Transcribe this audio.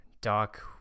Doc